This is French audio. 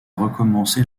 recommencer